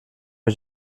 ich